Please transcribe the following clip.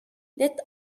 let